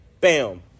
Bam